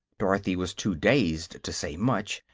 dorothy was too dazed to say much,